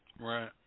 Right